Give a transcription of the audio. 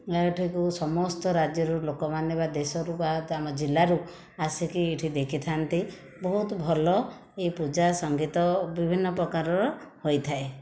ଏଠାକୁ ସମସ୍ତ ରାଜ୍ୟରୁ ଲୋକମାନେ ବା ଦେଶରୁ ବା ଆମ ଜିଲ୍ଲାରୁ ଆସିକି ଏଇଠି ଦେଖିଥାନ୍ତି ବହୁତ ଭଲ ଏଇ ପୂଜା ସଙ୍ଗୀତ ବିଭିନ୍ନ ପ୍ରକାରର ହୋଇଥାଏ